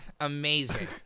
amazing